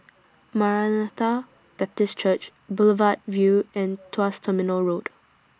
Maranatha Baptist Church Boulevard Vue and Tuas Terminal Road